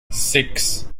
six